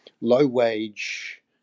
low-wage